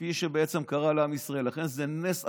כפי שבעצם קרה לעם ישראל, לכן זה נס עצום,